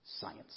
science